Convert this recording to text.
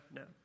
no